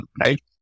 right